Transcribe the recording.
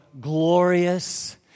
glorious